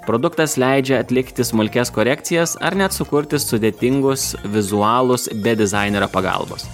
produktas leidžia atlikti smulkias korekcijas ar net sukurti sudėtingus vizualus be dizainerio pagalbos